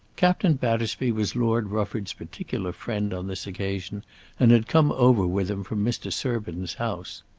captain battersby was lord rufford's particular friend on this occasion and had come over with him from mr. surbiton's house.